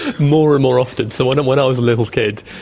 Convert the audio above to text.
more and more often. so and when i was a little kid,